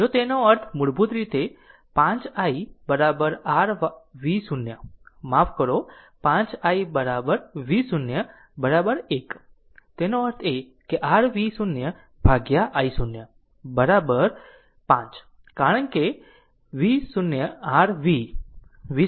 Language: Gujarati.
જો તેનો અર્થ મૂળભૂત રીતે 5 i r V0 માફ કરો 5 i V0 1 તેનો અર્થ એ કે r V0 ભાગ્યા i0 5 છે કારણ કે V0 r v V0 1